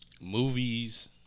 Movies